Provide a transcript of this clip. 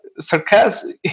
sarcasm